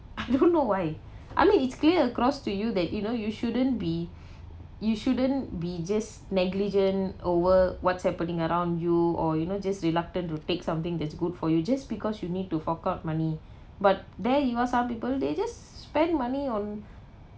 I don't know why I mean it's clear across to you that you know you shouldn't be you shouldn't be just negligent over what's happening around you or you know just reluctant to take something that's good for you just because you need to fork out money but there you are some people they just spend money on